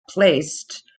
placed